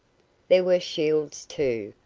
there were shields, too,